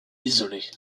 isolée